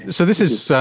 so this is, so